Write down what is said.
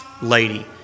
Lady